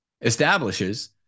establishes